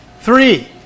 Three